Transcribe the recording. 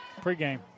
pregame